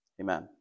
amen